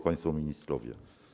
Państwo Ministrowie!